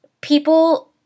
people